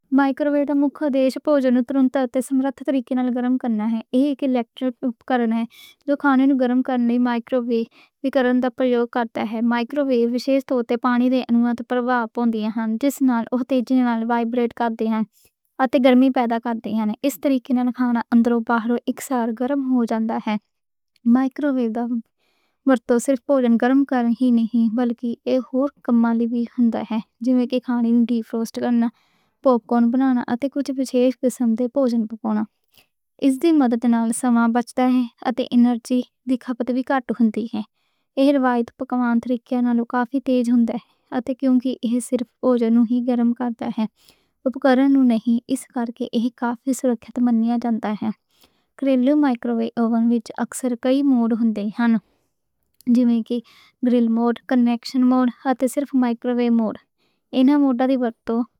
مائیکروویو مکھی طور اُتے سمرت طریقے نال گرم کرنا ہے۔ ایک الیکٹرک اپکرن ہے۔ جو کھاناں گرم کرنے لئی مائیکروویو وِکرن دا پریوگ کردا ہے۔ مائیکروویو وِشیش طور تے پانی دے مولیکیولز نوں وائبریٹ کردے نیں۔ جس نال اوہ وائبریٹ کر کے گرمی پیدا کردے نیں۔ اس طریقے نال کھانا اندرون باہر اکسار گرم ہو جاندا ہے۔ مائیکروویو دا ورتن صرف بوجن گرم کرنے لئی نہیں بلکہ ایہہ ہور کمّاں لئی وی ہوندا ہے۔ جِمیں کھانے دی ڈیفروسٹ کرنا، پاپ کارن بنانا اتے کچھ وِشیش قسم دے بوجن پکاونا۔ اس دی مدد نال سمیں بچدا ہے۔ اتے اینرجی دی کھپت وی کٹ ہوندی ہے۔ ایہہ کافی تیز ہوندا ہے کیونکہ ایہہ صرف بوجناں نوں گرم کردا ہے، اپکرن نئیں۔ اس کرکے ایہہ کافی سرکشت مانیا جاندا ہے۔ عام طور تے مائیکروویو اوون وِچ اکثر کئی موڈ ہوندے نیں۔ جنہاں وِچ کہ گرِل موڈ، کنویکشن موڈ اتے صرف مائیکروویو موڈ۔ انہاں موڈاں دی ورکنگ تے۔